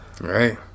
Right